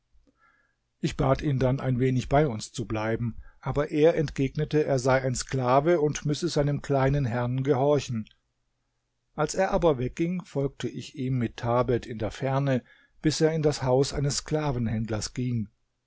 ich bat ihn dann ein wenig bei uns zu bleiben aber er entgegnete er sei ein sklave und müsse seinem kleinen herrn gehorchen als er aber wegging folgte ich ihm mit thabet in der ferne bis er in das haus eines sklavenhändlers ging